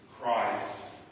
Christ